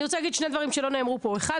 אני רוצה לומר שני דברים שלא נאמרו פה: ראשית,